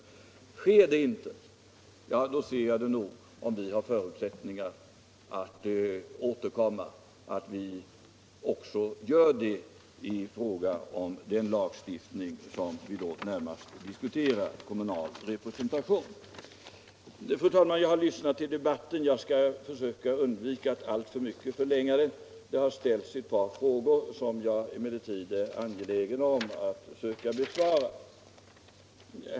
Sker inte det ser jag det nog så att vi, om vi har förutsättningar att återkomma, också kommer att göra det i fråga om den lagstiftning som vi då närmast har att diskutera, nämligen kommunal representation. Fru talman! Jag har lyssnat till den föregående debatten, och jag skall försöka att inte alltför mycket förlänga den nu. Det har emellertid ställts ett par frågor som jag är angelägen om att försöka besvara.